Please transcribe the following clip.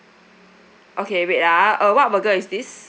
okay wait ah uh what burger is this